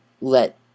let